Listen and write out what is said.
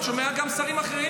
אני שומע גם שרים אחרים,